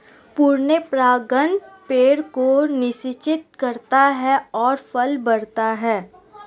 पूर्ण परागण पेड़ को निषेचित करता है और फल बढ़ता है